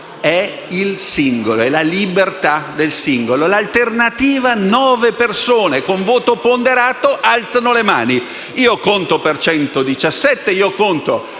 è il singolo e la libertà del singolo; in alternativa, nove persone, con voto ponderato, alzano le mani: uno conta per 113 voti,